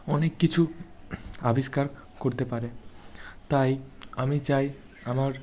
অনেক কিছু আবিষ্কার করতে পারে তাই আমি চাই আমার